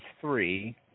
three